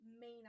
main